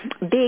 big